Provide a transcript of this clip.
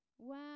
Wow